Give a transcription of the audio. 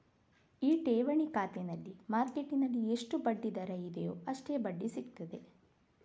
ಈ ಠೇವಣಿ ಖಾತೆನಲ್ಲಿ ಮಾರ್ಕೆಟ್ಟಿನಲ್ಲಿ ಎಷ್ಟು ಬಡ್ಡಿ ದರ ಇದೆಯೋ ಅಷ್ಟೇ ಬಡ್ಡಿ ಸಿಗ್ತದೆ